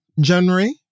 January